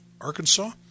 Arkansas